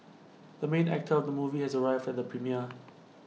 the main actor of the movie has arrived at the premiere